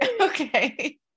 Okay